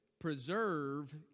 preserve